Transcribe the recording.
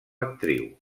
actriu